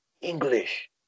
english